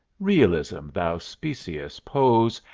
realism, thou specious pose!